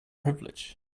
privilege